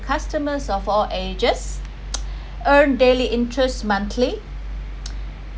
customers of all ages earn daily interest monthly